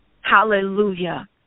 Hallelujah